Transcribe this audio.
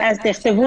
אז תכתבו את זה.